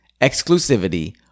exclusivity